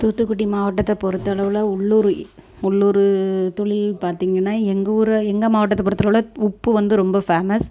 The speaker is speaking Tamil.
தூத்துக்குடி மாவட்டத்தை பொறுத்தளவில் உள்ளூர் உள்ளூர் தொழிலில்னு பார்த்தீங்கன்னா எங்கள் ஊரை எங்கள் மாவட்டத்தை பொறுத்தளவில் உப்பு வந்து ரொம்ப ஃபேமஸ்